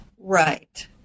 right